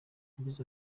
yagize